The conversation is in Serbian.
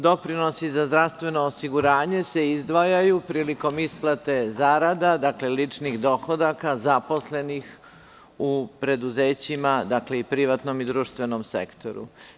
Doprinosi za zdravstveno osiguranje se izdvajaju prilikom isplate zarada, dakle, ličnih dohodaka zaposlenih u preduzećima i u privatnom i društvenom sektoru.